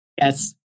Yes